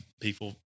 People